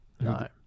No